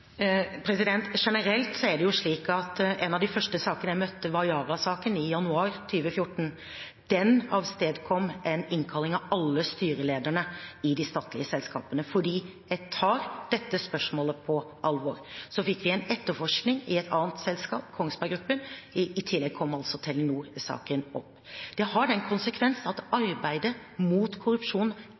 Generelt er det slik at en av de første sakene jeg møtte, var Yara-saken, i januar 2014. Den avstedkom en innkalling av alle styrelederne i de statlige selskapene, fordi jeg tar dette spørsmålet på alvor. Så fikk vi en etterforskning i et annet selskap, Kongsberg Gruppen. I tillegg kom altså Telenor-saken opp. Det har den konsekvens at arbeidet mot korrupsjon